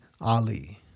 Ali